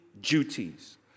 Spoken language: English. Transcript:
duties